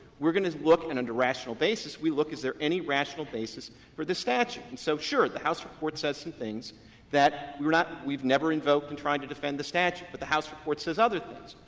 we're going to look, and under rational basis, we look is there any rational basis for the statute? and so, sure, the house report says some things that we are not we've never invoked in trying to defend the statute. but the house report says other things,